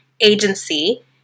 agency